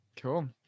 cool